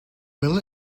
will